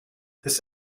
this